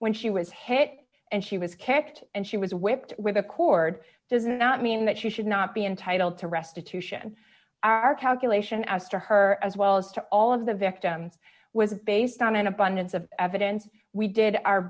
when she was hit and she was kicked and she was whipped with a cord does not mean that she should not be entitled to restitution our calculation as to her as well as to all of the victims was based on an abundance of evidence we did our